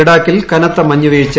ലഡാക്കിൽ കനത്ത മഞ്ഞുവീഴ്ച